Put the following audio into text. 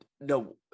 No